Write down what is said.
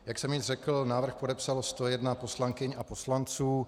Jak jsem již řekl, návrh podepsalo 101 poslankyň a poslanců.